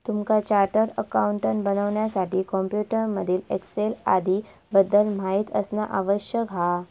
तुमका chartered accountant बनण्यासाठी computer मधील एक्सेल आदीं बद्दल माहिती असना आवश्यक हा